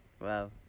Wow